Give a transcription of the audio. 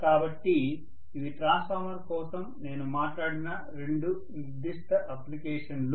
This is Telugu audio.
కాబట్టి ఇవి ట్రాన్స్ఫార్మర్ కోసం నేను మాట్లాడిన రెండు నిర్దిష్ట అప్లికేషన్లు